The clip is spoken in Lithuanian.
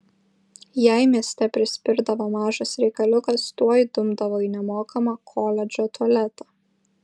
jei mieste prispirdavo mažas reikaliukas tuoj dumdavo į nemokamą koledžo tualetą